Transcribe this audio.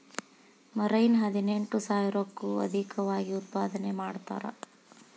marine ಹದಿನೆಂಟು ಸಾವಿರಕ್ಕೂ ಅದೇಕವಾಗಿ ಉತ್ಪಾದನೆ ಮಾಡತಾರ